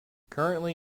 currently